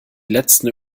letzten